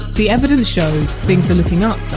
the evidence shows things are looking up, though.